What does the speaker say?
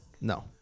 No